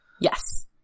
Yes